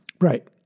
Right